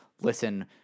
listen